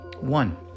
One